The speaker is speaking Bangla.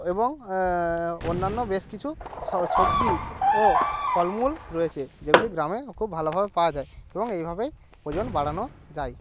এবং অন্যান্য বেশ কিছু সবজি ও ফলমূল রয়েছে যেগুলি গ্রামে খুব ভালোভাবে পাওয়া যায় এবং এইভাবেই ওজন বাড়ান যায়